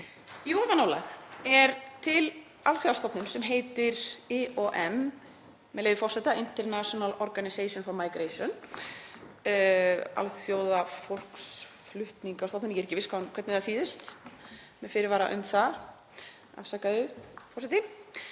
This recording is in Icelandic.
Í ofanálag er til alþjóðastofnun sem heitir IOM, með leyfi forseta, International Organization for Migration, Alþjóðafólksflutningastofnunin, eða ég er ekki viss um hvernig það þýðist, hef fyrirvara um það, afsakaðu forseti.